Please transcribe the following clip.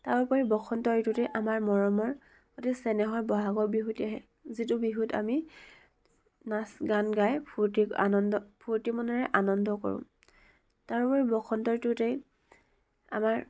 তাৰোপৰি বসন্ত ঋতুতে আমাৰ মৰমৰ অতি চেনেহৰ বহাগৰ বিহুটি আহে যিটো বিহুত আমি নাচ গান গাই ফূৰ্তি আনন্দ ফূৰ্তি মনেৰে আনন্দ কৰোঁ তাৰোপৰি বসন্ত ঋতুতেই আমাৰ